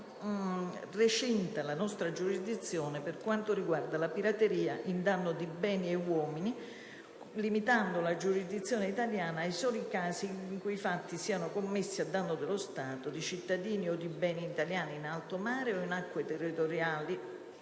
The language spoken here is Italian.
recinta la giurisdizione italiana per quanto riguarda la pirateria in danno di beni e uomini, limitandola ai soli casi in cui i fatti siano commessi a danno dello Stato, di cittadini o di beni italiani in alto mare o in acque territoriali,